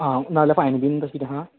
आ ना जाल्यार फायन बिन तशें कितें आहा